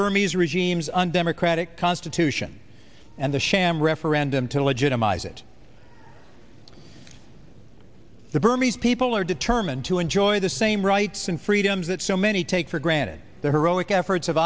burmese regimes undemocratic constitution and the sham referendum to legitimize it the burmese people are determined to enjoy the same rights and freedoms that so many take for granted the heroic efforts of